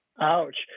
Ouch